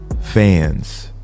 Fans